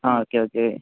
ആ okay okay